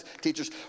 teachers